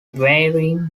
varying